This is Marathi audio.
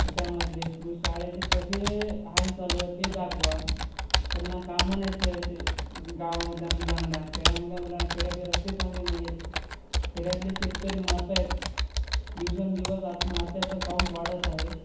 त्याच्यामधले तुम्ही शाळेचे कसे हाल चालू आहेत ते दाखवा त्यांना काम नश असे गावामधल्या मुलांना खेड्यामधल्या मुलांना खेड्याचे रस्ते चांगले नाही आहेत खेड्यातले शेतकरी मरत आहेत दिवसेंदिवस आत्महत्याचं काउंट वाढत आहे